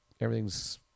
everything's